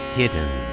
hidden